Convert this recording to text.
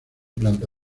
planta